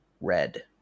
red